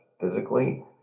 physically